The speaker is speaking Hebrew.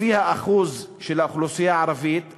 לפי האחוז של האוכלוסייה הערבית,